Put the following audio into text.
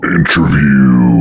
Interview